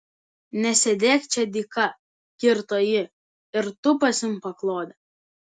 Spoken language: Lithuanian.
nesėdėk čia dyka kirto ji ir tu pasiimk paklodę